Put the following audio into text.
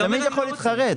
אתה תמיד יכול להתחרט.